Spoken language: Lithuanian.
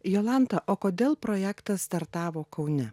jolanta o kodėl projektas startavo kaune